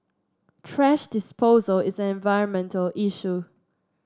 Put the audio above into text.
thrash disposal is an environmental issue